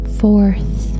fourth